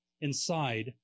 inside